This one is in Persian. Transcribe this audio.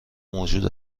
موجود